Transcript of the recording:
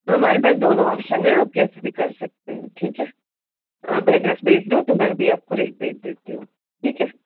हमारे पास दोनों ऑप्शन है आप कैसे भी कर सकते हैं ठीक है आप एड्रैस भेज दो तो मैं अभी आपको रेट भेज देती हूँ ठीक है